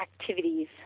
activities